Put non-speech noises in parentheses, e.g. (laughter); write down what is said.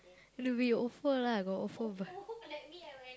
no we Ofo lah got Ofo ba~ (noise)